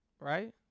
right